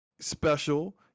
special